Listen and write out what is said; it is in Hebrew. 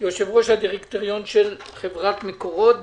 יושב-ראש הדירקטוריון של חברת מקורות.